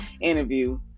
interview